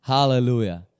Hallelujah